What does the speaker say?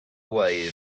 way